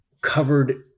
covered